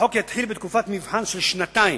החוק יתחיל בתקופת מבחן של שנתיים.